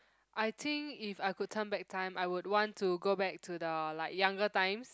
I think if I could turn back time I would want to go back to the like younger times